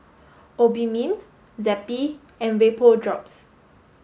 Obimin Zappy and Vapodrops